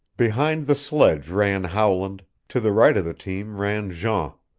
behind the sledge ran howland, to the right of the team ran jean.